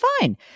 fine